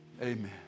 Amen